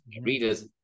readers